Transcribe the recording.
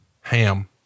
Ham